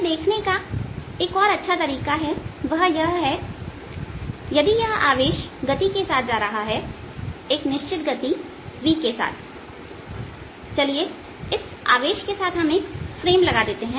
इसे देखने का एक अच्छा तरीका भी है और वह यह है यदि यह आवेश गति के साथ जा रहा है एक निश्चित गति v के साथ चलिए इस आवेश के साथ हम एक फ्रेम लगा देते हैं